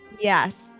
yes